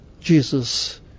Jesus